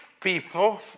people